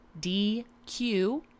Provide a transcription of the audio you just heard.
DQ